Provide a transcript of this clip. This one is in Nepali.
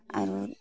अरू